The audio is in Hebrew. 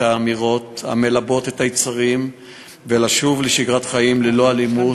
האמירות המלבות את היצרים ולשוב לשגרת חיים ללא אלימות